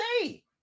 say